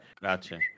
Gotcha